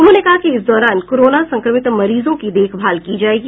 उन्होंने कहा कि इस दौरान कोरोना संक्रमित मरीजों की देखभाल की जायेगी